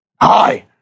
Hi